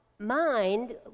mind